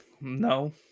No